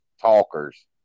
talkers